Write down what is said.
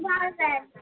मार रा है